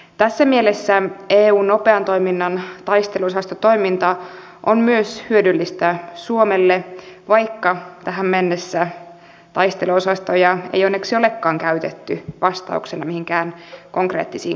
tässä mielessä eun nopean toiminnan taisteluosastotoiminta on myös hyödyllistä suomelle vaikka tähän mennessä taisteluosastoja ei onneksi olekaan käytetty vastauksena mihinkään konkreettisiin kriisitilanteisiin